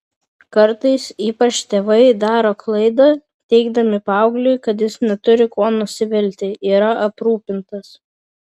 kartais ypač tėvai daro klaidą teigdami paaugliui kad jis neturi kuo nusivilti yra aprūpintas